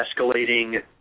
escalating